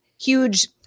huge